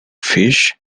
fish